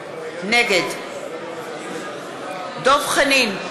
נגד דב חנין,